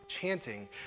chanting